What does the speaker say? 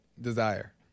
desire